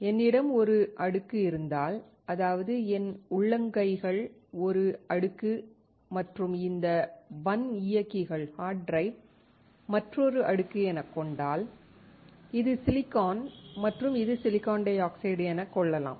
என்னிடம் ஒரு அடுக்கு இருந்தால் அதாவது என் உள்ளங்கைகள் ஒரு அடுக்கு மற்றும் இந்த வன் இயக்கிகள் மற்றொரு அடுக்கு எனக் கொண்டால் இது சிலிக்கான் மற்றும் இது சிலிக்கான் டை ஆக்சைடு எனக் கொள்ளலாம்